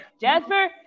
Jasper